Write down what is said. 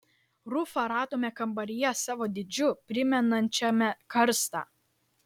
rufą radome kambaryje savo dydžiu primenančiame karstą